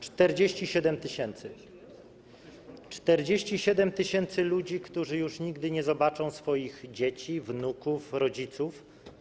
47 tys. 47 tys. ludzi, którzy już nigdy nie zobaczą swoich dzieci, wnuków, rodziców.